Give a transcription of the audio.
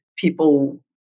People